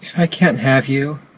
i can't have you,